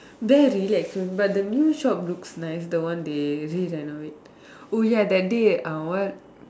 there really expensive but the new shop looks nice the one they re-renovate oh ya that day uh what